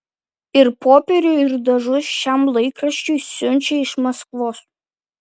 ir popierių ir dažus šiam laikraščiui siunčia iš maskvos